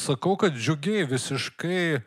sakau kad džiugiai visiškai